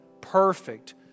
perfect